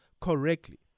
correctly